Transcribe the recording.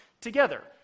together